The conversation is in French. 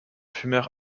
fumeur